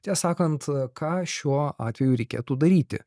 tiesą sakant ką šiuo atveju reikėtų daryti